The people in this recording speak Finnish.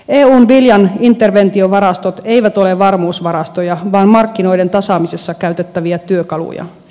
eun viljan interventiovarastot eivät ole varmuusvarastoja vaan markkinoiden tasaamisessa käytettäviä työkaluja